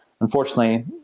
unfortunately